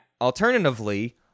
Alternatively